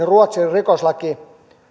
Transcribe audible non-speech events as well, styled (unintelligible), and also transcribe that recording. (unintelligible) ruotsin rikoslaki